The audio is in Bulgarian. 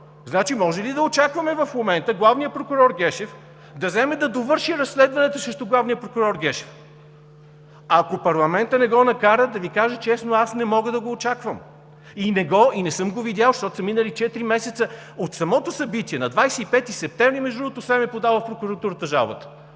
Значи, може ли да очакваме в момента главният прокурор Гешев да вземе да довърши разследването срещу главния прокурор Гешев? Ако парламентът не го накара, да Ви кажа честно, аз не мога да го очаквам и не съм го видял, защото са минали четири месеца от самото събитие. На 25 септември СЕМ е подал в прокуратурата жалбата.